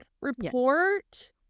report